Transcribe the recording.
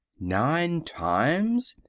nine times?